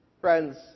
Friends